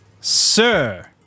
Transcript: Sir